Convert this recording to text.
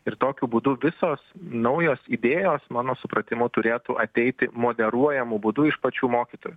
ir tokiu būdu visos naujos idėjos mano supratimu turėtų ateiti moderuojamu būdu iš pačių mokytojų